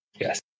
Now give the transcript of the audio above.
Yes